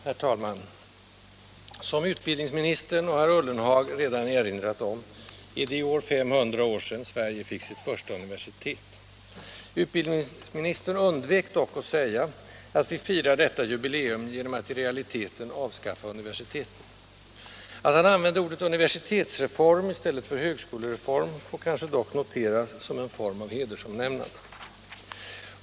Herr talman! Som utbildningsministern och herr Ullenhag redan erinrat om är det i år 500 år sedan Sverige fick sitt första universitet. Utbildningsministern undvek dock att säga att vi firar detta jubileum genom att i realiteten avskaffa universiteten. Att han använde ordet ”universitetsreform” i stället för ”högskolereform” får kanske noteras som en form av hedersomnämnande.